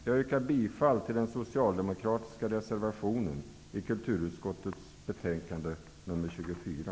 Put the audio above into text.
Jag yrkar bifall till den socialdemokratiska reservationen vid kulturutskottets betänkande nr 24.